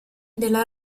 della